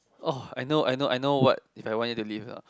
orh I know I know I know what if I want you to leave